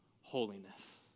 holiness